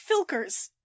filkers